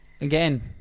again